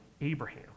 Abraham